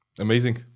amazing